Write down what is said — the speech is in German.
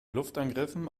luftangriffen